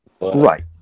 Right